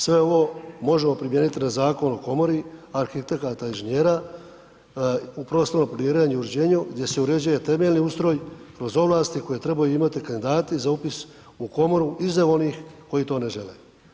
Sve ovo možemo primijenit na Zakon o komori arhitekata i inženjera u prostornom planiranju i uređenju gdje se uređuje temeljni ustroj kroz ovlasti koje trebaju imati kandidati za upis u komoru i za onih koji to ne žele.